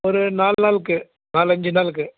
ஒரு நாலு நாளைக்கு நாலஞ்சு நாளுக்கு